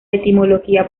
etimología